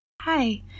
Hi